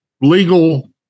legal